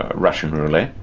russian roulette.